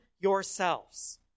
yourselves